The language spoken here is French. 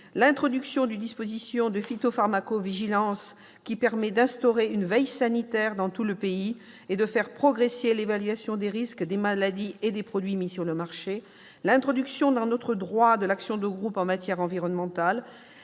en place du dispositif de phytopharmacovigilance, lequel permet d'instaurer une veille sanitaire dans tout le pays et de faire progresser l'évaluation des risques, des maladies et des produits mis sur le marché ; l'introduction dans notre droit de l'action de groupe en matière environnementale